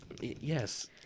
Yes